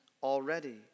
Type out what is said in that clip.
already